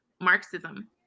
Marxism